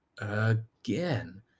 again